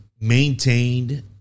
maintained